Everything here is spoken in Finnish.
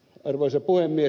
arvoisa puhemies